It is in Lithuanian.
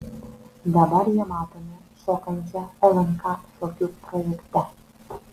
dabar ją matome šokančią lnk šokių projekte